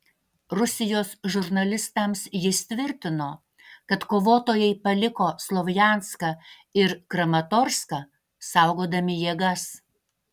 rusijos žurnalistams jis tvirtino kad kovotojai paliko slovjanską ir kramatorską saugodami jėgas